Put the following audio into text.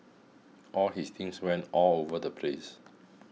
all his things went all over the place